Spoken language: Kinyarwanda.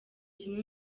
kimwe